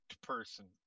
person